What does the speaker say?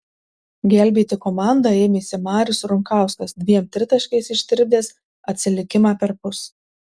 gelbėti komandą ėmėsi marius runkauskas dviem tritaškiais ištirpdęs atsilikimą perpus